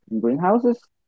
greenhouses